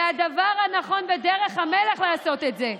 זה הדבר הנכון וזו דרך המלך לעשות את זה,